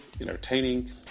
entertaining